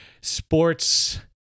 sports